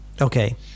okay